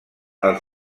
els